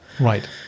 right